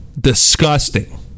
Disgusting